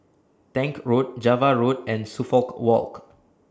Tank Road Java Road and Suffolk Walk